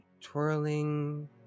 twirling